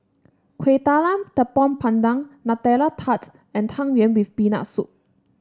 Kueh Talam Tepong Pandan Nutella Tarts and Tang Yuen with Peanut Soup